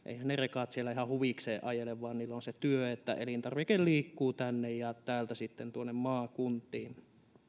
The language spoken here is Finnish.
ne rekat siellä ihan huvikseen ajele vaan niillä on se työ että elintarvike liikkuu tänne ja täältä tuonne maakuntiin